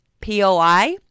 POI